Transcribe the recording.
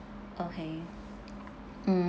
okay mm